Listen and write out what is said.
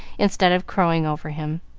instead of crowing over him.